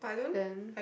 then